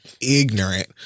ignorant